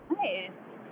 nice